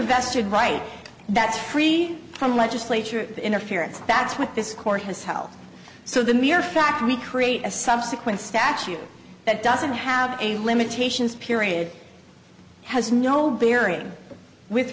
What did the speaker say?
vested right that's free from legislature interference that's what this court has held so the mere fact we create a subsequent statute that doesn't have a limitations period has no bearing with